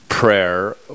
prayer